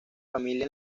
familia